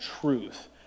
truth